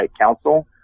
Council